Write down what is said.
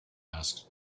asked